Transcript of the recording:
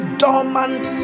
dormant